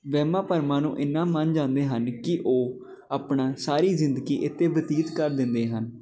ਵਹਿਮਾਂ ਭਰਮਾਂ ਨੂੰ ਇੰਨਾ ਮਨ ਜਾਂਦੇ ਹਨ ਕਿ ਉਹ ਆਪਣਾ ਸਾਰੀ ਜ਼ਿੰਦਗੀ ਇੱਥੇ ਬਤੀਤ ਕਰ ਦਿੰਦੇ ਹਨ